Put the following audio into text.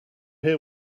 hear